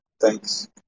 thanks